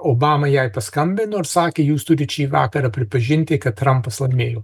obama jai paskambino ir sakė jūs turit šį vakarą pripažinti kad trampas laimėjo